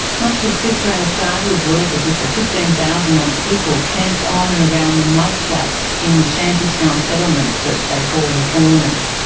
much of sister anastasia's work is with the fifteen thousand odd people camped on and around the mudflats in the shanty town settlements they call the corners.